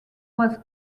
was